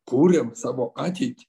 kuriam savo ateitį